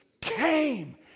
came